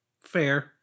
Fair